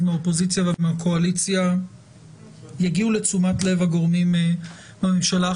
מהאופוזיציה ומהקואליציה יגיעו לתשומת לב הגורמים בממשלה.